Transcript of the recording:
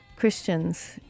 Christians